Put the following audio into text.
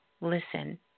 Listen